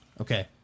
Okay